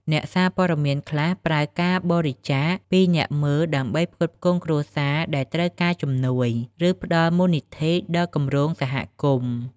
អ្នកសារព័ត៌មានខ្លះប្រើការបរិច្ចាគពីអ្នកមើលដើម្បីផ្គត់ផ្គង់គ្រួសារដែលត្រូវការជំនួយ ឬផ្តល់មូលនិធិដល់គម្រោងសហគមន៍។